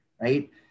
right